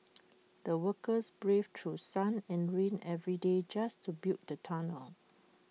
the workers braved through sun and rain every day just to build the tunnel